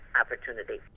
opportunity